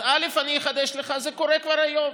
אז אני אחדש לך: זה קורה כבר היום.